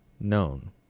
known